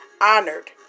honored